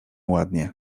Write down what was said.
ładnie